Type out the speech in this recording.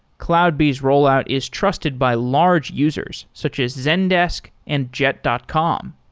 cloudbees rollout is trusted by large users, such as zendesk and jet dot com.